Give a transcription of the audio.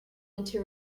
into